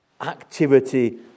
activity